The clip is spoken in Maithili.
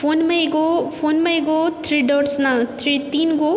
फोनमे एगो फोनमे एगो थ्री डॉट्स ने तीन गो